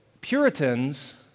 Puritans